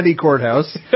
Courthouse